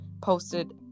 posted